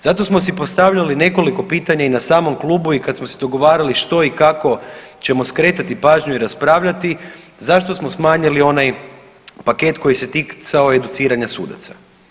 Zato smo si postavljali nekoliko pitanja i na samom klubu i kad smo se dogovarali što i kako ćemo skretati pažnju i raspravljati zašto smo smanjili onaj paket koji se ticao educiranja sudaca?